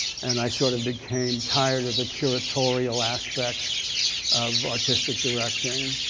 and i sort of became tired of the curatorial aspects of artistic directing.